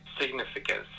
significance